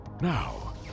Now